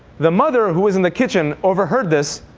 the mother, who was in the kitchen, overheard this,